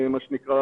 מה שנקרא,